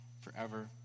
forever